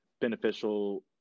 beneficial